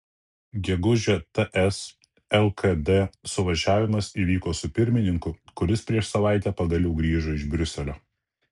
gegužę ts lkd suvažiavimas įvyko su pirmininku kuris prieš savaitę pagaliau grįžo iš briuselio